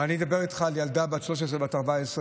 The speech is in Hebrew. ואני אדבר איתך על ילדה בת 13 או 14,